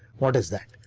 what is that?